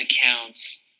accounts